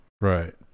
Right